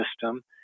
system